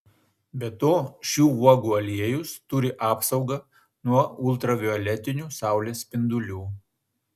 be to šių uogų aliejus turi apsaugą nuo ultravioletinių saulės spindulių